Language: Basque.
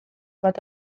bat